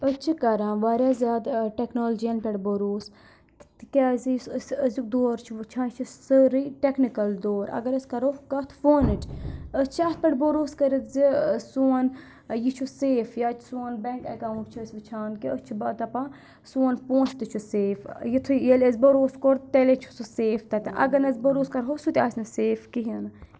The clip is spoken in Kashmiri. أسۍ چھِ کَران واریاہ زیادٕ ٹیٚکنالٕجِیَن پؠٹھ بُروٗس تِکیٚازِ یُس أسۍ أزیُک دوٚر چھُ وٕچھان یہِ چھِ سٲرٕے ٹیٚکنِکَل دور اَگر أسۍ کَرو کَتھ فۄنٕچ أسۍ چھِ اَتھ پؠٹھ بُروٗس کٔرِتھ زِ سون یہِ چھُ سیف یا سون بیٚنٛک اکاوُنٛٹ چھِ أسۍ وٕچھان کہِ أسۍ چھِ با دَپان سون پونٛسہٕ تہِ چھُ سیف یُتھُے ییٚلہِ أسۍ بَروٚس کوٚر تیٚلے چھُ سُہ سیف تَتٮ۪ن اَگر نٕہ إسی بَروٗس کَرہو سُہ تہِ آسہِ نہٕ سیف کِہیٖنۍ نہٕ